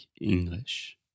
English